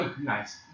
Nice